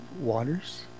waters